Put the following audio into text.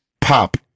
Pop